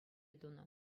тунӑ